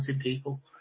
people